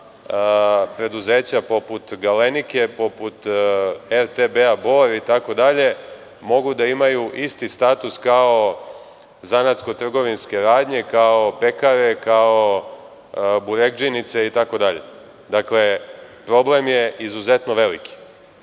preduzeća poput „Galenike“, poput RTB Bor itd, mogu da imaju isti status kao zanatsko trgovinske radnje, kao pekare, kao buregdžinice, itd. Problem je izuzetno veliki.